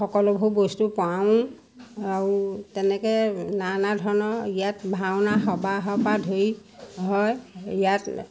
সকলোবোৰ বস্তু পাওঁ আৰু তেনেকৈ নানা ধৰণৰ ইয়াত ভাওনা সবাহৰ পৰা ধৰি হয় ইয়াত